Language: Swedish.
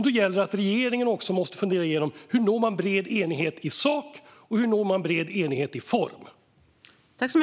Då gäller det att regeringen funderar igenom hur man når bred enighet i sak och hur man når bred enighet i form.